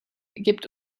gibt